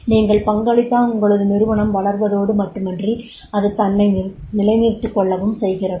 நீங்கள் பங்களித்தால் உங்களது நிறுவனம் வளர்வதோடு மட்டுமன்றி அது தன்னை நிலைநிறுத்திக்கொள்ளவும் செய்கிறது